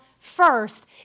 first